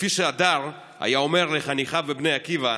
וכפי שהדר היה אומר לחניכיו בבני עקיבא: